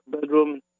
bedroom